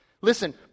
listen